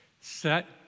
Set